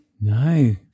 No